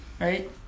right